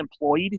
employed